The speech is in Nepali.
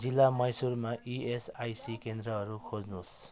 जिल्ला मैसुरमा इएसआइसी केन्द्रहरू खोज्नुहोस्